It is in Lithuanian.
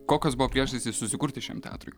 kokios buvo priežastys susikurti šiam teatrui